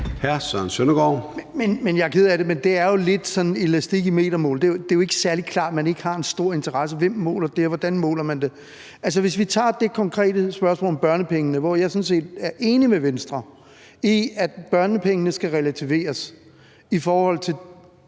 Jeg er ked af det, men det er jo lidt sådan elastik i metermål. Det er jo ikke særlig klart, at man ikke har en stor interesse, for hvem måler det, og hvordan måler man det? Hvis vi tager det konkrete spørgsmål om børnepengene, hvor jeg sådan set er enig med Venstre i, at børnepengene skal relativeres i forhold til